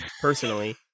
personally